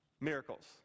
miracles